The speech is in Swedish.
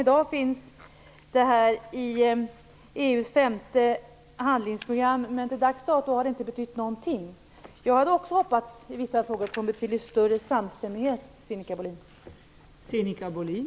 I dag finns detta i EU:s femte handlingsprogram, men fram till dags dato har det inte betytt någonting. Jag hade också hoppats på större samstämmighet i vissa frågor, Sinikka Bohlin!